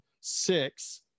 six